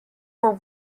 were